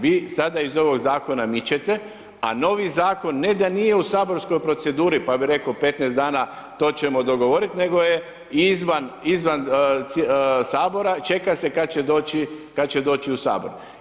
Vi sada iz ovog zakona mičete a novi zakon ne da nije u saborskoj proceduri pa bih rekao 15 dana to ćemo dogovoriti nego je izvan Sabora, čeka se kada će doći u Sabor.